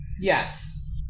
Yes